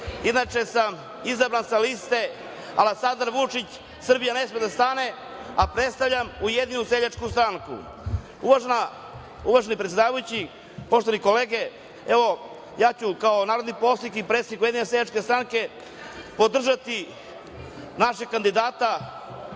sam izabran sa liste Aleksandar Vučić – Srbija ne sme da stane, a predstavljam Ujedinjenu seljačku stranku. Uvaženi predsedavajući, poštovane kolege, evo ja ću kao narodni poslanik i predsednik Ujedinjene seljačke stranke podržati našeg kandidata,